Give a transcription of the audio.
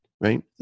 right